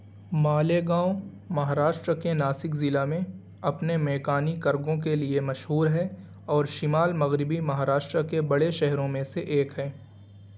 مالیگاؤں مہاراشٹر کے ناسک ضلع میں اپنے میکانی کرگھوں کے لیے مشہور ہے اور شمال مغربی مہاراشٹر کے بڑے شہروں میں سے ایک ہیں